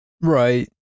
Right